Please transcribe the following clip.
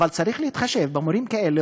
אבל צריך להתחשב במורים כאלה,